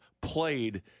played